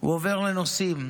הוא עובר לנושאים,